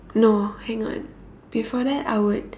no hang on before that I would